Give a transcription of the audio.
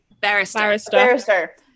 barrister